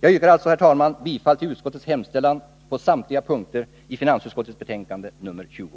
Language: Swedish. Jag yrkar alltså bifall till utskottets hemställan på samtliga punkter i finansutskottets betänkande nr 20.